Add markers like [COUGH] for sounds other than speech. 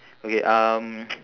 okay um [NOISE]